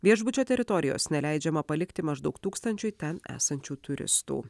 viešbučio teritorijos neleidžiama palikti maždaug tūkstančiui ten esančių turistų